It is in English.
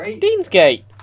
Deansgate